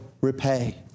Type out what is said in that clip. repay